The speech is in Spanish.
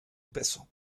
peso